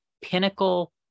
pinnacle